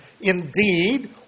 Indeed